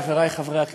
חברי חברי הכנסת,